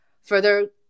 further